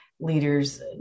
leaders